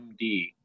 md